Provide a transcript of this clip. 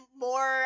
more